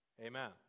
Amen